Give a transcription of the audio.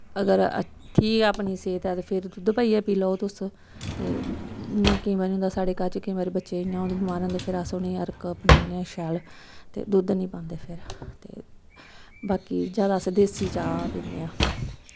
अगर ठीक अपनी सेह्त ऐ ते फिर दुद्ध पाइयै पी लैओ तुस ते इ'यां केईं बारी होंदा साढ़े घर च केईं बारी बच्चे इ'यां बमार होंदे फिर अस उ'नें गी अरक पलाने आं शैल ते दुद्ध निं पांदे फिर बाकी जैदा अस देस्सी चाह् पीन्ने आं